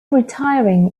retiring